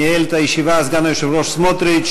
ניהל את הישיבה סגן היושב-ראש סמוטריץ,